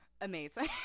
amazing